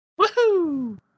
woohoo